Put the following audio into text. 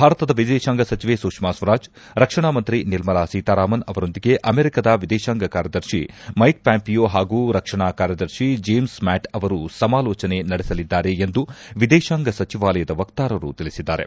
ಭಾರತದ ವಿದೇತಾಂಗ ಸಚಿವೆ ಸುಷ್ನಾ ಸ್ವರಾಜ್ ರಕ್ಷಣಾ ಮಂತ್ರಿ ನಿರ್ಮಲಾ ಸೀತಾರಾಮನ್ ಅವರೊಂದಿಗೆ ಅಮೆರಿಕದ ವಿದೇತಾಂಗ ಕಾರ್ಯದರ್ಶಿ ಮ್ನೆಕ್ ಪ್ಲಾಂಪಿಯೋ ಹಾಗೂ ರಕ್ಷಣಾ ಕಾರ್ಯದರ್ಶಿ ಜೇಮ್ ಮ್ಲಾಟ್ ಅವರು ಸಮಾಲೋಚನೆ ನಡೆಸಲಿದ್ದಾರೆ ಎಂದು ವಿದೇತಾಂಗ ಸಚಿವಾಲಯದ ವಕ್ತಾರರು ತಿಳಿಸಿದ್ದಾರೆ